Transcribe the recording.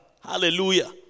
Hallelujah